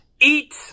eat